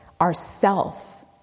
ourself